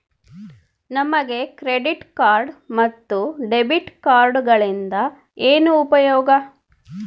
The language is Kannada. ನಮಗೆ ಕ್ರೆಡಿಟ್ ಕಾರ್ಡ್ ಮತ್ತು ಡೆಬಿಟ್ ಕಾರ್ಡುಗಳಿಂದ ಏನು ಉಪಯೋಗ?